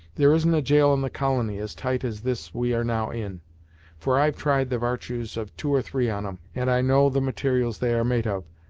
there isn't a gaol in the colony as tight as this we are now in for i've tried the vartues of two or three on em, and i know the mater'als they are made of,